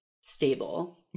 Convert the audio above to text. stable